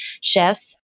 chefs